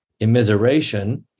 immiseration